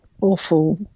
awful